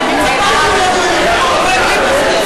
רבע מיליון צפיות,